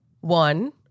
one